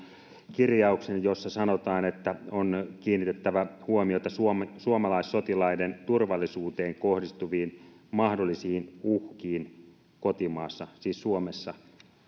kirjauksen jossa sanotaan että on kiinnitettävä huomiota suomalaissotilaiden turvallisuuteen kohdistuviin mahdollisiin uhkiin kotimaassa siis suomessa